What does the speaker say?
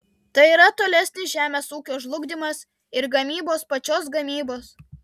tai yra tolesnis žemės ūkio žlugdymas ir gamybos pačios gamybos